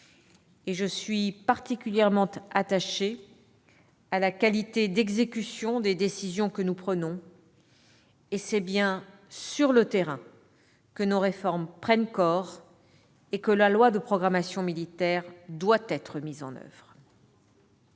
Je suis particulièrement attachée à la qualité d'exécution des décisions que nous prenons. C'est bien sur le terrain que nos réformes prennent corps et que la loi de programmation militaire doit être mise en oeuvre.